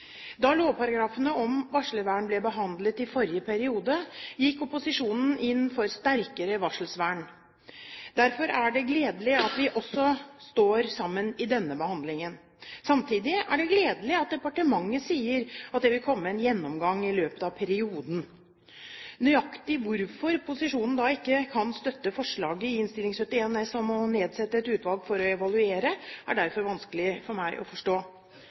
Da lovparagrafene om varslervern ble behandlet i forrige periode, gikk opposisjonen inn for sterkere varslervern. Derfor er det gledelig at vi også står sammen i denne behandlingen. Samtidig er det gledelig at departementet sier at det vil komme en gjennomgang i løpet av perioden. Nøyaktig hvorfor posisjonen da ikke kan støtte forslaget i Innst. 71 S for 2010–2011 om å nedsette et utvalg for å evaluere forslaget, er derfor vanskelig for meg å forstå.